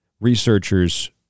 Researchers